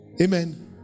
Amen